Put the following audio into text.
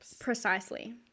Precisely